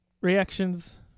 Reactions